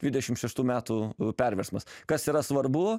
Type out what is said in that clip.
dvidešim šeštų metų perversmas kas yra svarbu